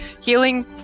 healing